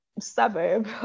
suburb